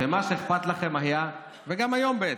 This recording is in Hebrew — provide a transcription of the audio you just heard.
שמה שאכפת לכם היה, וגם היום בעצם,